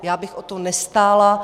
Já bych o to nestála.